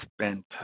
spent